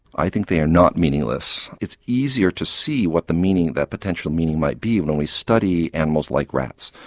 i think they are not meaningless. it's easier to see what the meaning, that potential meaning, might be when we study animals like rats,